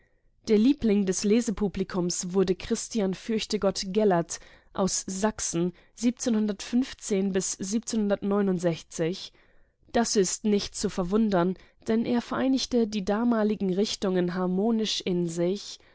der liebling des lesepublikums wurde christian fürchtegott gellert aus sachsen das ist nicht zu verwundern denn er vereinigte die damaligen richtungen harmonisch in sich